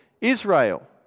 Israel